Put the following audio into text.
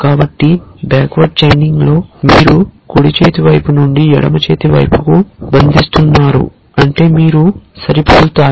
కాబట్టి backward chaining లో మీరు కుడి చేతి వైపు నుండి ఎడమ చేతి వైపుకు బంధిస్తున్నారు అంటే మీరు సరిపోలుతారు